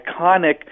iconic